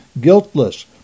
guiltless